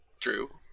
True